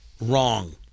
wrong